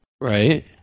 Right